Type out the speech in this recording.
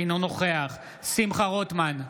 אינו נוכח שמחה רוטמן,